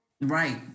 Right